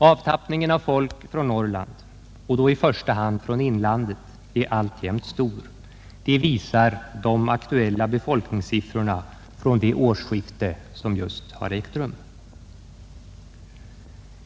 Avtappningen av folk från Norrland, i första hand från inlandet, är alltjämt stor, vilket framgår av de aktuella befolkningssiffrorna vid det årsskifte som just ägt rum.